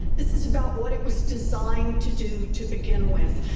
this is about what it was designed to do to begin with.